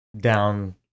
down